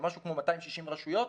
משהו כמו 260 רשויות.